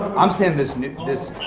i'm saying this new, this.